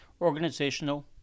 organizational